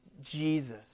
Jesus